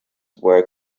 where